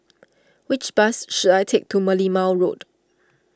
which bus should I take to Merlimau Road